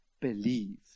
believe